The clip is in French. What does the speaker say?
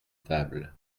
table